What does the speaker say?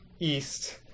east